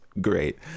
great